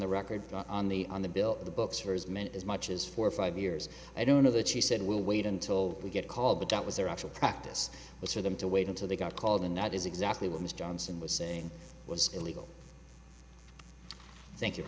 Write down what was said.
the record on the on the bill the books for as many as much as four or five years i don't know that she said we'll wait until we get called but that was their actual practice was for them to wait until they got called and that is exactly what ms johnson was saying was illegal thank